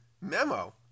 memo